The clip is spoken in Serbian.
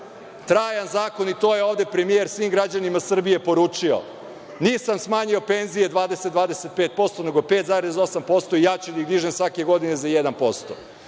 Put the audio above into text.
Trajan zakon i to je ovde premijer svim građanima Srbije poručio – nisam smanjio penzije 20-25%, nego 5,8% i ja ću da ih dižem svake godine za 1%.